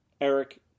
Eric